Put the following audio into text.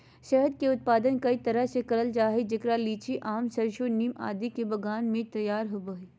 शहद के उत्पादन कई तरह से करल जा हई, जेकरा लीची, आम, सरसो, नीम आदि के बगान मे तैयार होव हई